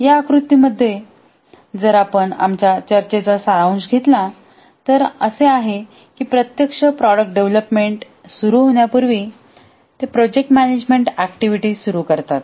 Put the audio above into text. या आकृती मध्ये जर आपण आमच्या चर्चेचा सारांश घेतला तर असे आहे की प्रत्यक्ष प्रॉडक्ट डेव्हलपमेंट सुरू होण्यापुर्वी ते प्रोजेक्ट मॅनेजमेंट ऍक्टिव्हिटीज सुरू करतात